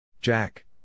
Jack